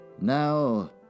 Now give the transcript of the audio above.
Now